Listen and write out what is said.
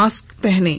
mask पहनें